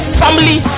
family